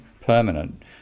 permanent